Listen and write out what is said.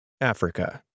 Africa